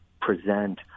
present